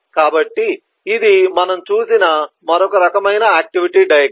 కాబట్టి ఇది మనం చూసిన మరొక రకమైన ఆక్టివిటీ డయాగ్రమ్